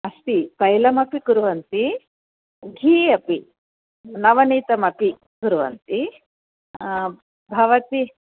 अस्ति तैलमपि कुर्वन्ति घी अपि नवनीतमपि कुर्वन्ति भवति